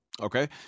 Okay